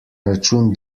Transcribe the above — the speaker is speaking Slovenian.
račun